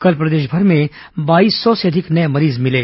कल प्रदेशभर में बाईस सौ से अधिक नये मरीज मिले